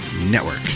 Network